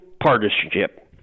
partisanship